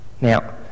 Now